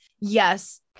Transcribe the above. yes